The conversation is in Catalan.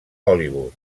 hollywood